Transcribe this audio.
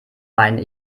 meine